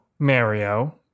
Mario